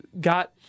got